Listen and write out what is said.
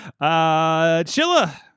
chilla